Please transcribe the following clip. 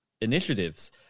initiatives